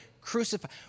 crucified